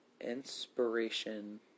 inspiration